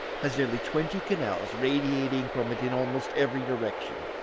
has nearly twenty canals radiating from it in almost every direction.